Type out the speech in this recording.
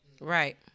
Right